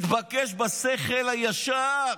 זה מתבקש בשכל הישר.